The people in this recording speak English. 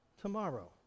tomorrow